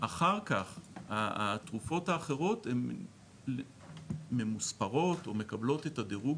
אחר כך התרופות האחרות הן ממוספרות או מקבלות את הדירוג